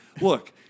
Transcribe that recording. look